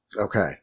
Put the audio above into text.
Okay